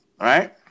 right